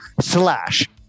Slash